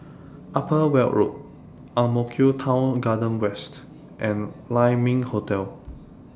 Upper Weld Road Ang Mo Kio Town Garden West and Lai Ming Hotel